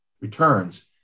returns